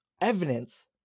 evidence